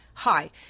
Hi